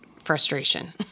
frustration